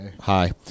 Hi